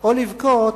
או לבכות,